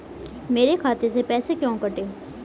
मेरे खाते से पैसे क्यों कटे?